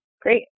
Great